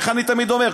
איך אני תמיד אומר?